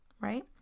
right